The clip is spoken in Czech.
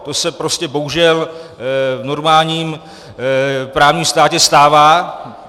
To se prostě bohužel v normálním právním státě stává.